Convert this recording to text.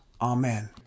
Amen